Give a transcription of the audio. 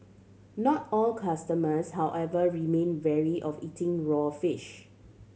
not all customers however remain wary of eating raw fish